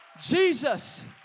Jesus